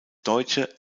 deutsche